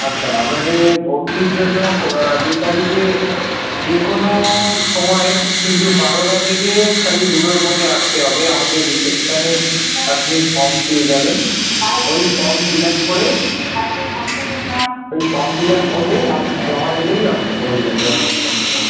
আচ্ছা আপনাকে ভর্তির জন্য দু তারিখে যে কোনো সময়ে কিন্তু বারোটা থেকে খালি দুটোর মধ্যে আসতে হবে আমাদের রিসেপশানে আপনি ফর্ম দিয়ে যাবেন সই ফর্ম ফিল আপ করেই ওই ফর্ম ফিল আপ করলেই আপনি জমা দিলেই অস হয়ে যাবে অসুবিধা নেই